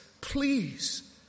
please